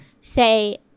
say